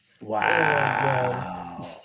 wow